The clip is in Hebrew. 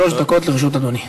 שלוש דקות לרשות אדוני.